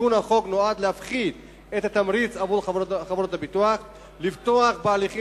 תיקון החוק נועד להפחית את התמריץ עבור חברות הביטוח לפתוח בהליכים